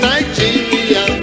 Nigeria